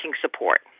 support